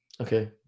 Okay